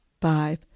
five